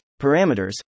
parameters